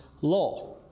law